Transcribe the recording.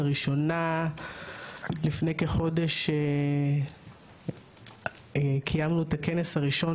לראשונה לפני כחודש קיימנו את הכנס הראשון